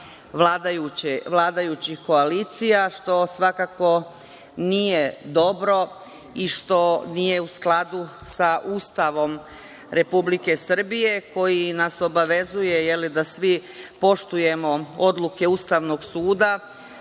vladajućih koalicija, što svakako nije dobro, i što nije u skladu sa Ustavom RS, koji nas obavezuje da svi poštujemo odluke Ustavnog suda,